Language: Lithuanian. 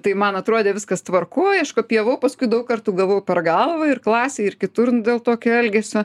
tai man atrodė viskas tvarkoj aš kopijavau paskui daug kartų gavau per galvą ir klasėj ir kitur dėl tokio elgesio